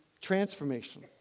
transformation